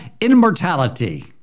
immortality